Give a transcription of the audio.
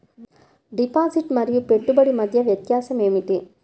Deposit మరియు పెట్టుబడి మధ్య వ్యత్యాసం ఏమిటీ?